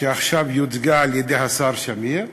שעכשיו יוצגה על-ידי השר שמיר,